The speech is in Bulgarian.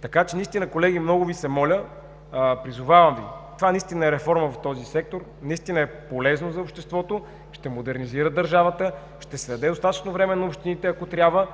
Така че наистина, колеги, много Ви се моля, призовавам Ви, това наистина е реформа в този сектор, наистина е полезно за обществото, ще модернизира държавата, ще се даде достатъчно време на общините, ако трябва,